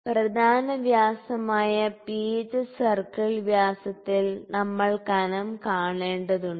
04 2nd6th പ്രധാന വ്യാസമായ pitch circle വ്യാസത്തിൽ നമ്മൾ കനം കാണേണ്ടതുണ്ട്